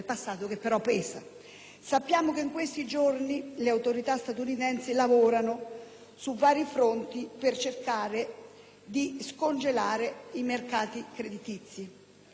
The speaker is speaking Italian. Sappiamo che in questi giorni le autorità statunitensi lavorano su vari fronti per cercare di scongelare i mercati creditizi.